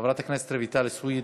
חברת הכנסת רויטל סויד,